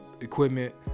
equipment